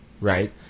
right